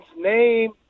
name